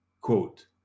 quote